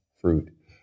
fruit